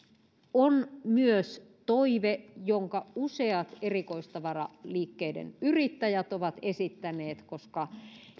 on myös toive jonka useat erikoistavaraliikkeiden yrittäjät ovat esittäneet koska he